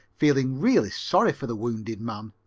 feeling really sorry for the wounded man.